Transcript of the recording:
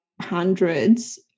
hundreds